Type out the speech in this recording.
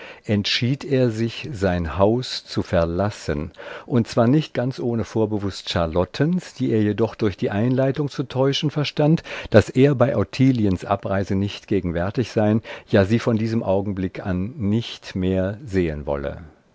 entschied er sich sein haus zu verlassen und zwar nicht ganz ohne vorbewußt charlottens die er jedoch durch die einleitung zu täuschen verstand daß er bei ottiliens abreise nicht gegenwärtig sein ja sie von diesem augenblick an nicht mehr sehen wolle